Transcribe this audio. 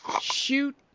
shoot